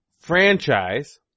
Franchise